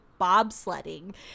bobsledding